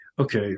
Okay